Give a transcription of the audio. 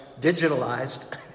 digitalized